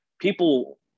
people